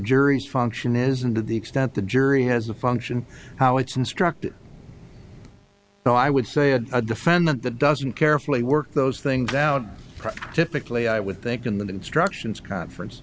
juries function is and to the extent the jury has the function how it's instructed so i would say a defendant that doesn't carefully work those things out typically i would think in the instructions conference